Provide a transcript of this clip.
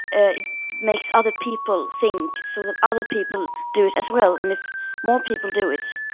it makes other people think so that other people do it as well. and if more people do it,